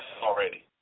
already